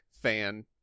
fan